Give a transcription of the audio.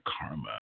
Karma